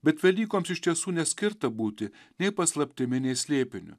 bet velykoms iš tiesų neskirta būti nei paslaptimi slėpiniu